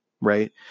Right